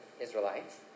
israelites